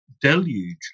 deluge